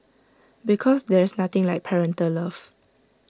because there's nothing like parental love